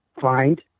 find